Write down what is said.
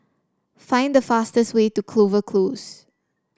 find the fastest way to Clover Close